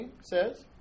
says